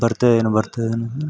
ಬರ್ತಾಯಿದ್ದೀನಿ ಬರ್ತಾಯಿದ್ದೀನಿ